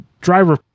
driver